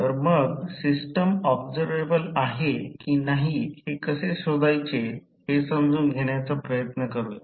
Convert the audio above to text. तर मग system observable आहे की नाही हे कसे शोधायचे हे समजून घेण्याचा प्रयत्न करूया